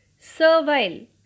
servile